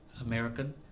American